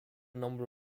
number